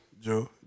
Joe